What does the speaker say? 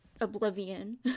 oblivion